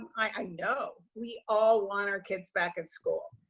i know we all want our kids back in school.